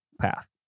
path